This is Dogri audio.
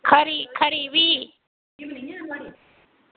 खरी खरी भी